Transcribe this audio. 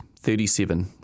37